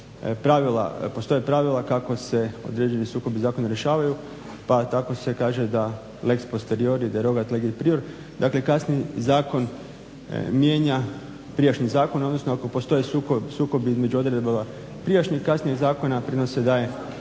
postoje pravila kako se određeni sukobi zakona rješavaju pa tako se kaže da …/Govornik govori latinski, ne razumije se./…, dakle kasniji zakon mijenja prijašnji zakon, odnosno ako postoje sukobi između odredbi prijašnjeg i kasnijeg zakona prednost se daje